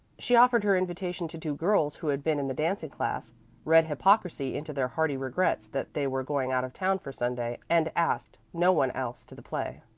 she offered her invitation to two girls who had been in the dancing-class, read hypocrisy into their hearty regrets that they were going out of town for sunday, and asked no one else to the play.